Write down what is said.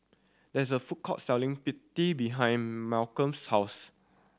there is a food court selling behind Malcom's house